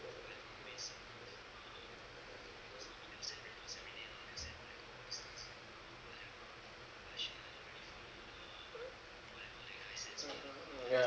ya